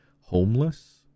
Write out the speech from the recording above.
homeless